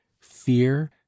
fear